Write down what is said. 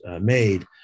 made